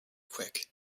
quick